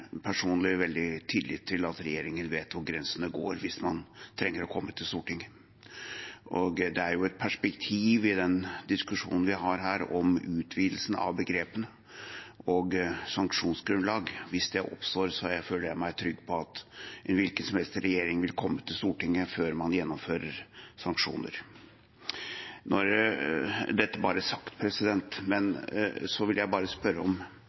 veldig tillit til at regjeringen vet hvor grensene går hvis man trenger å komme til Stortinget. Det er jo et perspektiv i den diskusjonen vi har her, om utvidelsen av begrepene og sanksjonsgrunnlag. Hvis det oppstår, føler jeg meg trygg på at en hvilken som helst regjering vil komme til Stortinget før man gjennomfører sanksjoner – dette bare sagt. Men det er ett perspektiv i dette, som presenteres fra Fremskrittspartiets side, som jeg